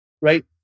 right